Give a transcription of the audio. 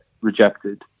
rejected